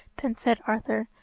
then said arthur,